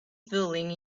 feeling